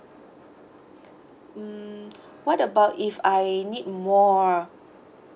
mm what about if I need more